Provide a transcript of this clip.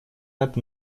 это